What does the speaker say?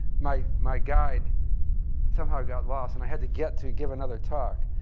my my guide somehow got lost and i had to get, to give another talk,